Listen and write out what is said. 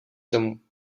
domu